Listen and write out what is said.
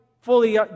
fully